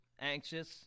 anxious